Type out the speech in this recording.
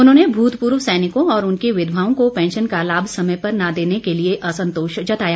उन्होंने भूतपूर्व सैनिकों और उनकी विघवाओं को पैंशन का लाभ समय पर न देने के लिए असंतोष जताया